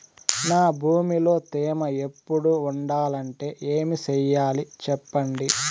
నా భూమిలో తేమ ఎప్పుడు ఉండాలంటే ఏమి సెయ్యాలి చెప్పండి?